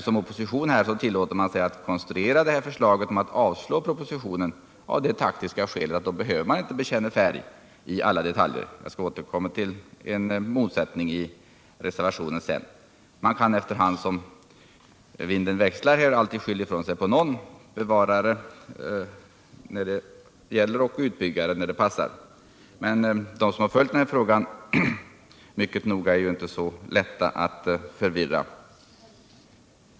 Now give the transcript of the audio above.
Som opposition tillåter man sig att konstruera det här förslaget om att avslå propositionen av det taktiska skälet att man då inte behöver bekänna färg i alla detaljer — jag skall återkomma till en motsättning i reservationen sedan. Man kan inte efterhand som vinden växlar alltid skylla ifrån sig på någon annan — bevarare när det passar och utbyggare när det passar. Men de som följt den här frågan mycket noga är inte så lätta att förvirra.